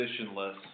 positionless